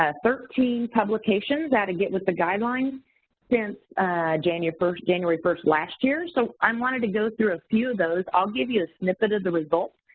ah thirteen publications how to get with the guidelines since january first january first last year. so, um wanted to go through a few of those. i'll give you a snippet of the results,